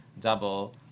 double